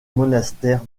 monastère